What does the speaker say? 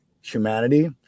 humanity